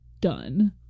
Done